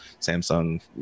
Samsung